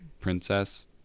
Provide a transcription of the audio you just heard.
princess